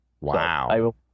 Wow